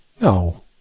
No